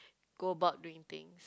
go about doing things